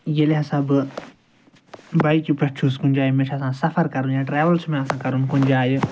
ییٚلہِ ہسا بہٕ بایکِہ پٮ۪ٹھ چھُس کُنہِ جایہِ مےٚ چھِ آسان سفر کَرُن یا ٹروٕل چھِ مےٚ آسان کَرُن کُنہِ جایہِ